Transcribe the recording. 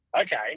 okay